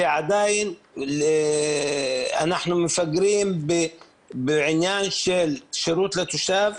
עדיין אנחנו מפגרים בעניין של שירות לתושב,